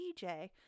dj